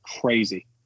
crazy